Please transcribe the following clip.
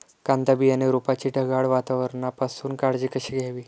कांदा बियाणे रोपाची ढगाळ वातावरणापासून काळजी कशी घ्यावी?